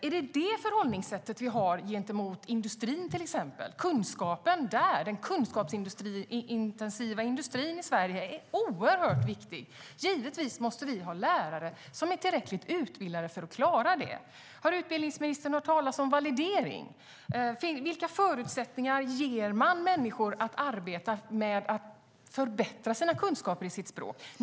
Är det det förhållningssättet som vi har gentemot till exempel industrin? Den kunskapsintensiva industrin i Sverige är oerhört viktig. Givetvis måste det finnas lärare som är tillräckligt utbildade för att klara det. Har utbildningsministern hört talas om validering? Vilka förutsättningar ger man människor att arbeta med att förbättra sina kunskaper i sitt språk?